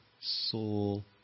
soul